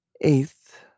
Eighth